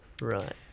Right